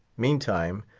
meantime,